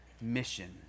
mission